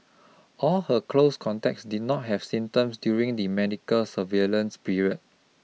all her close contacts did not have symptoms during the medical surveillance period